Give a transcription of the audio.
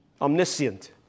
omniscient